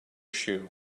shoe